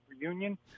reunion